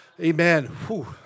amen